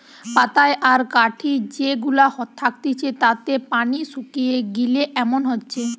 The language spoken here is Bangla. পাতায় আর কাঠি যে গুলা থাকতিছে তাতে পানি শুকিয়ে গিলে এমন হচ্ছে